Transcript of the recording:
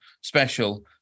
special